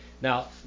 Now